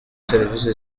serivisi